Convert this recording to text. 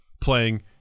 playing